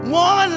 one